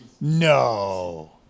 no